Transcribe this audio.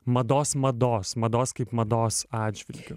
mados mados mados kaip mados atžvilgiu